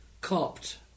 copped